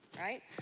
right